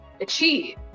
achieve